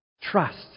Trust